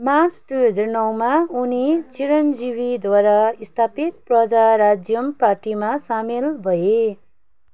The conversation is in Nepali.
मार्च दुई हजार नौमा उनी चिरञ्जीवीद्वारा स्थापित प्रजा राज्यम पार्टीमा सामेल भए